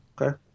Okay